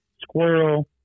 squirrel